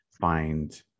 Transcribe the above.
find